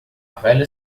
velha